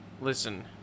Listen